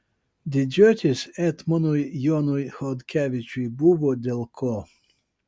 didžiuotis etmonui jonui chodkevičiui buvo dėl ko